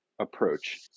approach